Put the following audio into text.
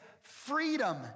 freedom